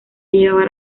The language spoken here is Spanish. llevaba